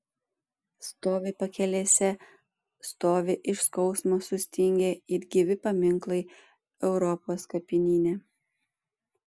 stovi pakelėse stovi iš skausmo sustingę it gyvi paminklai europos kapinyne